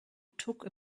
took